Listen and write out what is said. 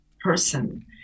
person